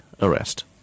arrest